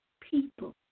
people